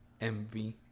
mv